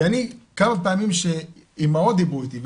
כי אני כמה פעמים שאימהות דיברו איתי,